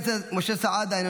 הילה גרסטל, אני סומך.